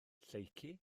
lleucu